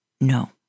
no